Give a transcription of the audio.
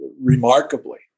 remarkably